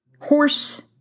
horse